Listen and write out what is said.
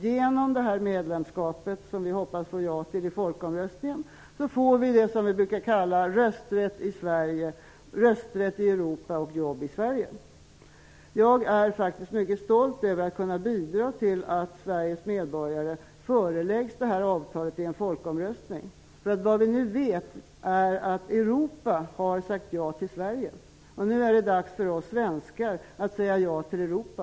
Genom medlemskapet -- som vi hoppas på att få ja till i folkomröstningen -- får vi rösträtt i Sverige, rösträtt i Europa och jobb i Jag är faktiskt mycket stolt över att kunna bidra till att Sveriges medborgare föreläggs avtalet i en folkomröstning. Vi vet att Europa har sagt jag till Sverige. Nu är det dags för oss svenskar att säga ja till Europa.